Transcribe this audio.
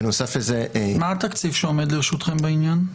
בנוסף לזה --- מה התקציב שעומד לרשותכם בעניין?